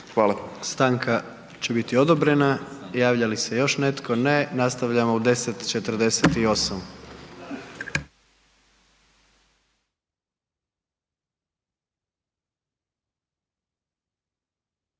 (HDZ)** Stanka će biti odobrena. Javlja li se još netko? Ne. Nastavljamo u 10,48.